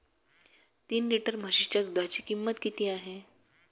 तीन लिटर म्हशीच्या दुधाची किंमत किती आहे?